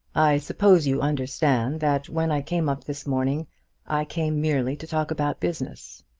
i suppose you understand that when i came up this morning i came merely to talk about business,